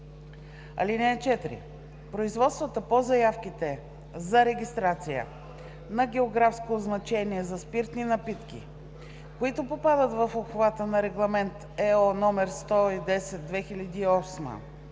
(4) Производствата по заявките за регистрация на географско означение за спиртни напитки, които попадат в обхвата на Регламент (ЕО) № 110/2008,